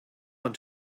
want